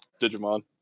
Digimon